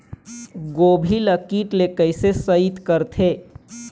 गोभी ल कीट ले कैसे सइत करथे?